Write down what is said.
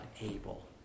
able